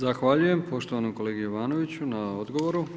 Zahvaljujem poštovanom kolegi Jovanoviću na odgovoru.